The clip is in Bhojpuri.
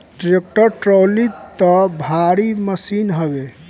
टेक्टर टाली तअ भारी मशीन हवे